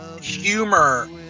humor